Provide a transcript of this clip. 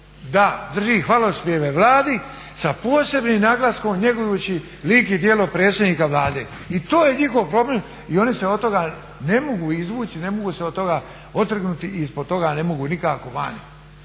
da drži hvalospjeve Vladi sa posebnim naglaskom njegujući lik i djelo predsjednika Vlade. I to je njihov problem i oni se od toga ne mogu izvući, ne mogu se od toga otrgnuti i ispod toga ne mogu nikako vani.